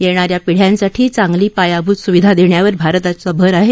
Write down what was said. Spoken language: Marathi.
येणाऱ्या पिढ़यांसाठी चांगली पायाभूत सुविधा देण्यावर भारताची भर आहे